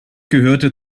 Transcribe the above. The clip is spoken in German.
gehörte